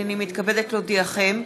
הנני מתכבדת להודיעכם,